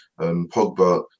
Pogba